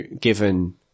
given